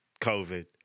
COVID